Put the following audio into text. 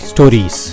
Stories